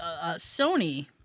Sony